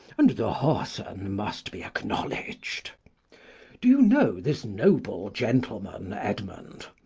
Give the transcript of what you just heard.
and the whoreson must be acknowledged do you know this noble gentleman, edmund?